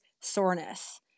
soreness